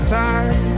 time